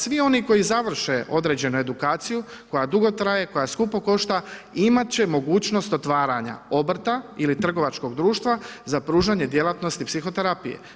Svi oni koji završe određene edukacije, koja dugo traje, koja skupo košta imat će mogućnost otvaranja obrta ili trgovačkog društva za pružanje djelatnosti psihoterapije.